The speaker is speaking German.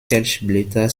kelchblätter